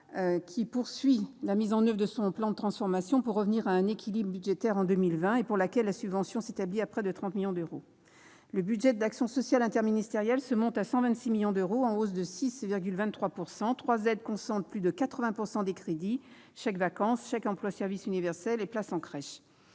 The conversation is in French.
qui poursuit la mise en oeuvre de son plan de transformation pour revenir à l'équilibre budgétaire en 2020 et dont la subvention s'établit à près de 30 millions d'euros. Le budget de l'action sociale interministérielle s'établit à 126 millions d'euros, en hausse de 6,23 %. Trois aides concentrent plus de 80 % des crédits : les chèques vacances, les chèques emploi service universels et les places en crèche.